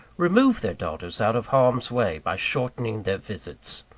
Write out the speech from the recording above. removed their daughters out of harm's way, by shortening their visits.